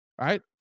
right